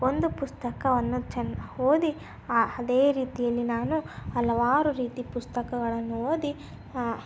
ಒಂದು ಪುಸ್ತಕವನ್ನು ಚೆನ್ನ ಓದಿ ಅದೇ ರೀತಿಯಲ್ಲಿ ನಾನು ಹಲವಾರು ರೀತಿ ಪುಸ್ತಕಗಳನ್ನು ಓದಿ